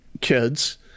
kids